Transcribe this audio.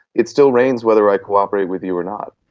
it still rains whether i cooperate with you or not.